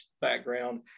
background